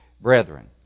brethren